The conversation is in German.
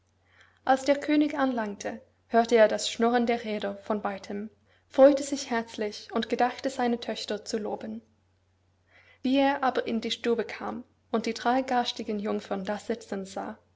als der könig anlangte hörte er das schnurren der räder von weitem freute sich herzlich und gedachte seine töchter zu loben wie er aber in die stube kam und die drei garstigen jungfern da sitzen sah